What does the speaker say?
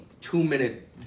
two-minute